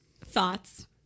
thoughts